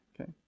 Okay